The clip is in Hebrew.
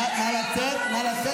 נא לצאת.